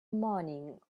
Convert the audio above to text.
morning